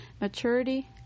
maturity